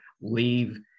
leave